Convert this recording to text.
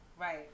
right